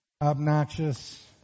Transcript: obnoxious